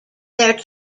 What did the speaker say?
their